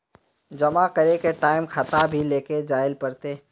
जमा करे के टाइम खाता भी लेके जाइल पड़ते?